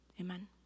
Amen